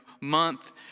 month